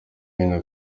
hino